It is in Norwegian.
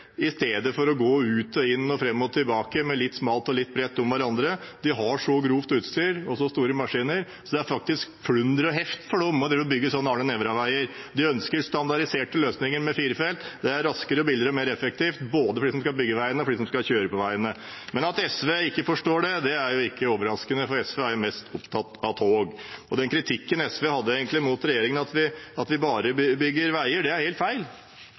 i stedet for å gå ut og inn og fram og tilbake med litt smalt og litt bredt om hverandre. De har så grovt utstyr og så store maskiner at det faktisk er plunder og heft for dem å bygge sånne Arne Nævra-veier. De ønsker standardiserte løsninger med fire felt. Det er raskere, billigere og mer effektivt, både for dem som skal bygge veiene, og for dem som skal kjøre på veiene. At SV ikke forstår det, er ikke overraskende, for SV er mest opptatt av tog. Den kritikken SV hadde av regjeringen, at vi bare bygger veier, er helt feil. Jeg vil si at vi har fått til en veldig god balanse. Nå er